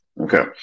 Okay